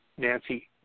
Nancy